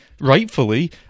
rightfully